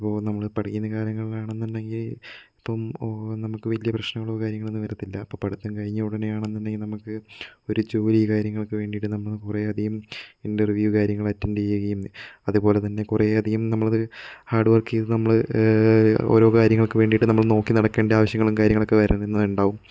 ഇപ്പോൾ നമ്മള് പഠിക്കുന്ന കാലങ്ങള് ആണെന്നുണ്ടെങ്കിൽ ഇപ്പം ഓ നമുക്ക് വലിയ പ്രശ്നങ്ങളോ കാര്യങ്ങളോ ഒന്നും വരത്തില്ല അപ്പോൾ പഠിത്തം കഴിഞ്ഞ ഉടനെയാണെന്നുണ്ടെങ്കില് നമുക്ക് ഒരു ജോലി കാര്യങ്ങൾക്ക് വേണ്ടിയിട്ട് നമ്മള് കുറെ അധികം ഇൻ്റർവ്യു കാര്യങ്ങള് അറ്റൻഡ് ചെയ്യുകയും അതെപോലെതന്നെ കുറെ അധികം നമ്മളത് ഹാർഡ് വർക്ക് ചെയ്ത് നമ്മള് ഓരോ കാര്യങ്ങൾക്കുവേണ്ടിയിട്ട് നമ്മൾ നോക്കി നടക്കേണ്ട ആവശ്യങ്ങളും കാര്യങ്ങളൊക്കെ വരാണന്നെ ഉണ്ടാകും